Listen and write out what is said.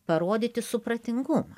parodyti supratingumą